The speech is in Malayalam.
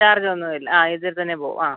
ചാർജൊന്നും ഇല്ല ആ ഇതിൽ തന്നെ പോവും ആ